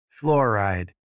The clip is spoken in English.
fluoride